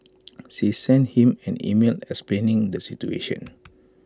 she sent him an email explaining the situation